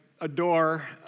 adore